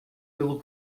pelo